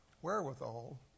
wherewithal